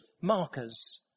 markers